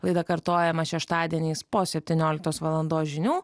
laida kartojama šeštadieniais po septynioliktos valandos žinių